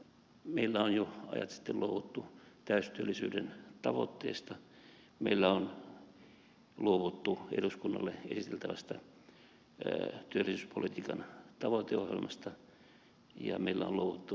meillä on jo ajat sitten luovuttu täystyöllisyyden tavoitteesta meillä on luovuttu eduskunnalle esiteltävästä työllisyyspolitiikan tavoiteohjelmasta ja meillä on luovuttu työllisyyskertomuksista